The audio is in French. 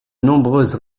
nombreuses